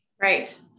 Right